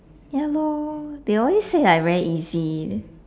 ya lor they always say like very easy